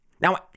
Now